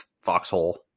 foxhole